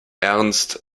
ernst